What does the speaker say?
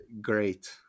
great